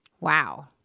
Wow